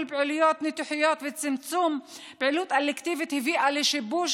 פעילויות ניתוחיות וצמצום פעילות אלקטיבית הביאו לשיבוש,